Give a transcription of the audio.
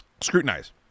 Scrutinize